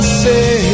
say